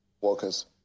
workers